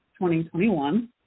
2021